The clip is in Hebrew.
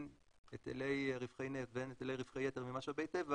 הן היטלי רווחי נפט והן היטלי רווחי יתר ממשאבי טבע,